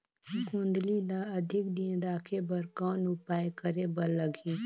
गोंदली ल अधिक दिन राखे बर कौन उपाय करे बर लगही?